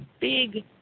big